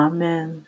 Amen